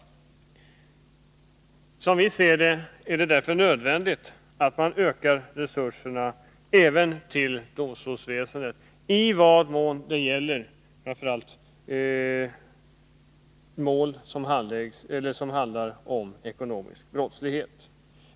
Som vi ser det är det nödvändigt att öka resurserna även till domstolsväsendet när det gäller mål som hänför sig till ekonomisk brottslighet.